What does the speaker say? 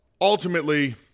Ultimately